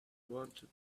wanted